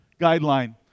guideline